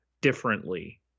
differently